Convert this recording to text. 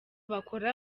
bakora